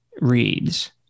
reads